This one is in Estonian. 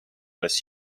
alles